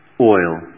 oil